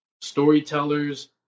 storytellers